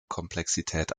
komplexität